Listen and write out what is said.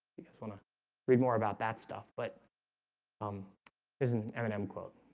you guys want to read more about that stuff, but um there's an eminem quote